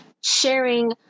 sharing